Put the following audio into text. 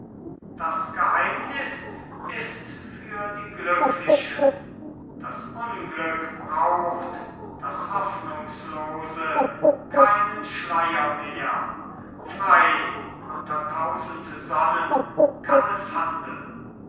das geheimnis ist für die glücklichen das unglück braucht das hoffnungslose keinen schleier mehr frei unter tausend sonnen kann es handeln